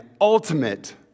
ultimate